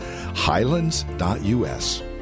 highlands.us